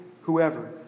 whoever